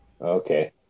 Okay